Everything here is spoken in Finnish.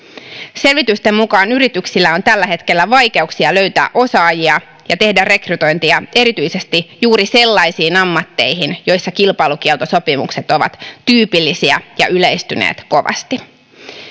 selvitysten mukaan yrityksillä on tällä hetkellä vaikeuksia löytää osaajia ja tehdä rekrytointia erityisesti juuri sellaisiin ammatteihin joissa kilpailukieltosopimukset ovat tyypillisiä ja yleistyneet kovasti